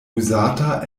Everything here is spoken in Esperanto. uzata